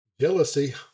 Jealousy